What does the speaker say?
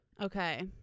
Okay